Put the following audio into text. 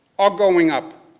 are going up